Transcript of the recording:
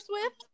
swift